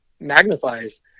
magnifies